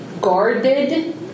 Guarded